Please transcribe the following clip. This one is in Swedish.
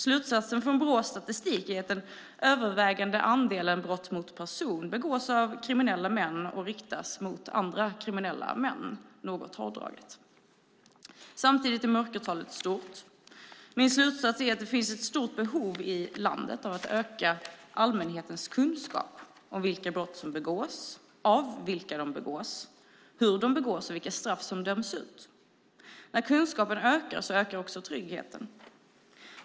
Slutsatsen från Brås statistik är att den övervägande andelen brott mot person begås av kriminella män och riktas mot andra kriminella män - något hårdraget. Samtidigt är mörkertalet stort. Min slutsats är att det finns ett stort behov i landet av att öka allmänhetens kunskap om vilka brott som begås, av vilka de begås, hur de begås och vilka straff som döms ut. När kunskapen ökar, då ökar också tryggheten.